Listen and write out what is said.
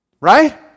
Right